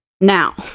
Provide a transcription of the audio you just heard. Now